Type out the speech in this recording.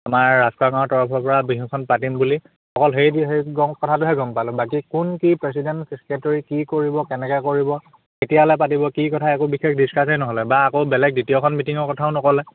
আমাৰ ৰাজখোৱা গাঁৱৰ তৰফৰপৰা বিহুখন পাতিম বুলি অকল সেইটো সেই কথাটোহে গম পালোঁ বাকী কোন কি প্ৰেচিডেণ্ট ছেক্ৰেটৰী কি কৰিব কেনেকৈ কৰিব কেতিয়ালৈ পাতিব কি কথা একো বিশেষ ডিচকাছেই নহ'লে বা আকৌ বেলেগ দ্বিতীয়খন মিটিঙৰ কথাও নক'লে